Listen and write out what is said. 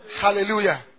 Hallelujah